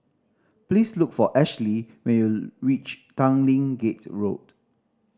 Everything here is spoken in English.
please look for Ashlee when you reach Tanglin Gate Road